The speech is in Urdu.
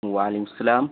وعلیکم السلام